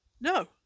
No